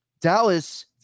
Dallas